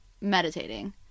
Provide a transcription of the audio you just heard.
meditating